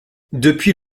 depuis